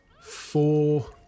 four